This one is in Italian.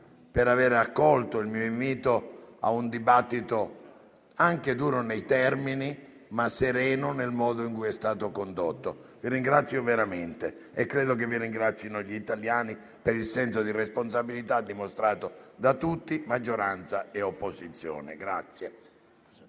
senatori per avere accolto il mio invito a un dibattito anche duro nei termini, ma sereno nel modo in cui è stato condotto. Vi ringrazio veramente e credo che vi ringrazino gli italiani per il senso di responsabilità dimostrato da tutti, maggioranza e opposizione.